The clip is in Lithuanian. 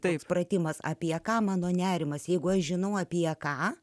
tai supratimas apie ką mano nerimas jeigu aš žinau apie ką